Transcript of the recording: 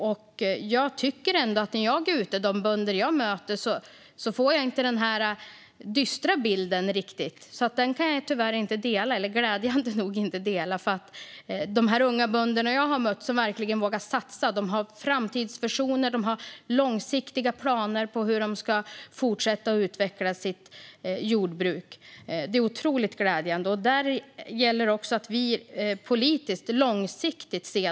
När jag är ute och möter bönder får jag inte riktigt den här dystra bilden. Den kan jag glädjande nog inte dela. Jag har mött unga bönder som verkligen vågar satsa, som har framtidsvisioner och som har långsiktiga planer på hur de ska fortsätta att utveckla sitt jordbruk. Det är otroligt glädjande. Det gäller också att vi ser det här politiskt långsiktigt.